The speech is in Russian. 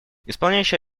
исполняющий